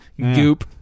goop